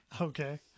Okay